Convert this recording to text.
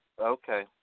Okay